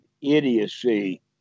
idiocy